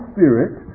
Spirit